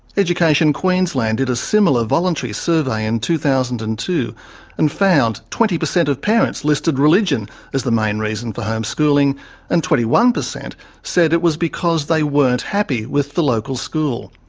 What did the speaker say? education queensland did a similar voluntary survey in two thousand and two and found twenty per cent of parents listed religion as the main reason for homeschooling and twenty one per cent said it was because they weren't happy with the local school.